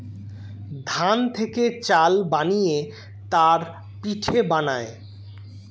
ধান থেকে চাল বানিয়ে তার পিঠে বানায়